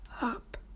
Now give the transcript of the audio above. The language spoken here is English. up